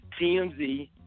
TMZ